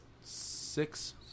six